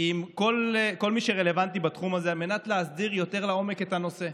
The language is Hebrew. עם כל מי שרלוונטי לתחום הזה על מנת להסדיר יותר לעומק את הנושא,